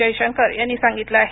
जयशंकर यांनी सांगितलं आहे